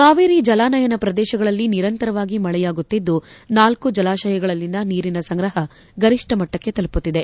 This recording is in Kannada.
ಕಾವೇರಿ ಜಲಾನಯನ ಪ್ರದೇಶಗಳಲ್ಲಿ ನಿರಂತರವಾಗಿ ಮಳೆಯಾಗುತ್ತಿದ್ದು ನಾಲ್ಕು ಜಲಾಶಗಳಲ್ಲಿನ ನೀರಿನ ಸಂಗ್ರಹ ಗರಿಷ್ಠ ಮಟ್ಟಕ್ಕೆ ತಲುಪುತ್ತಿದೆ